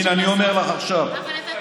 אבל דודי, אתה טועה.